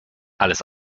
alles